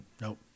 nope